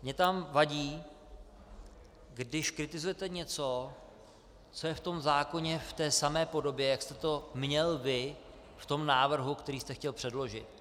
Mně tam vadí, když kritizujete něco, co je v tom zákoně v té samé podobě, jak jste to měl vy v tom návrhu, který jste chtěl předložit.